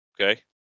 Okay